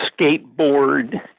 skateboard